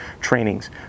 trainings